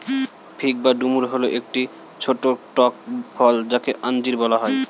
fig বা ডুমুর হল একটি ছোট্ট টক ফল যাকে আঞ্জির বলা হয়